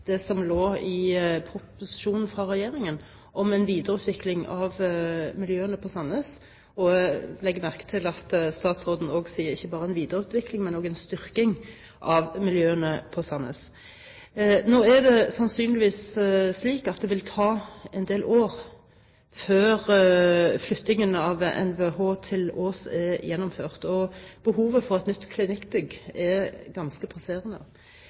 det som lå i proposisjonen fra regjeringen om en videreutvikling av miljøene på Sandnes, og jeg legger merke til at statsråden også sier at det ikke bare er en videreutvikling, men også en styrking av miljøene på Sandnes. Nå er det sannsynligvis slik at det vil ta en del år før flyttingen av Norges veterinærhøgskole er gjennomført, og behovet for et nytt klinikkbygg er ganske presserende.